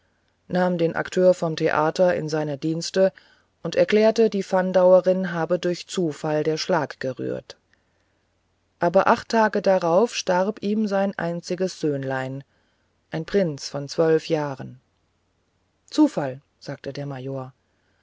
nahm den akteur vom theater in seine dienste und erklärte die fandauerin habe durch zufall der schlag gerührt aber acht tage darauf starb ihm sein einziges söhnlein ein prinz von zwölf jahren zufall sagte der major